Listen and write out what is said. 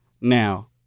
Now